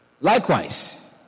Likewise